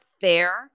fair